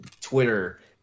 twitter